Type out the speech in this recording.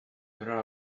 there